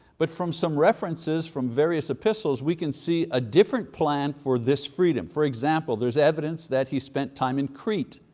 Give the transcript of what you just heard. but from some references, from various epistles, we can see a different plan for this freedom. for example, there's evidence that he spent time in crete,